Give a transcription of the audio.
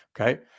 okay